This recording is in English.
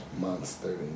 monster